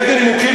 מאיזה נימוקים,